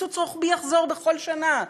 קיצוץ רוחבי יחזור בכל שנה.